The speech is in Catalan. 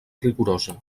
rigorosa